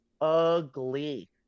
ugly